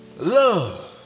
love